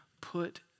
put